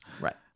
right